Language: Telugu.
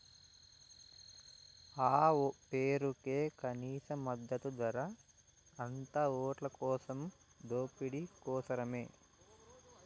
ఆ పేరుకే కనీస మద్దతు ధర, అంతా ఓట్లకోసం దోపిడీ కోసరమే